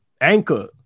anchor